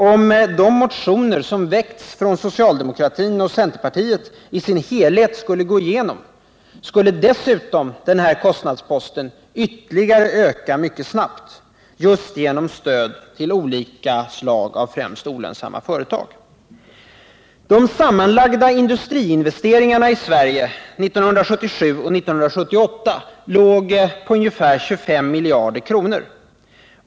Om de motioner som väckts av det socialdemokratiska partiet och centerpartiet i sin helhet skulle gå igenom, skulle denna kostnadspost dessutom mycket snabbt ytterligare öka, just på grund av stöd till främst olika slag av olönsamma företag. De sammanlagda industriinvesteringarna i Sverige 1977 och 1978 låg på ungefär 25 miljarder kronor.